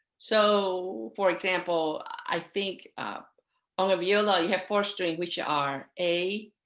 so, for example, i think on viola you have four strings which are a,